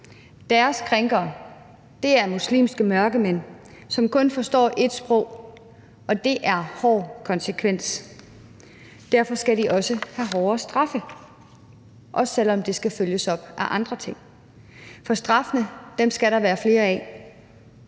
Deres krænkere er muslimske mørkemænd, som kun forstår ét sprog, og det er hård konsekvens. Derfor skal de også have hårdere straffe, også selv om det skal følges op af andre ting. For straffene skal der være flere af.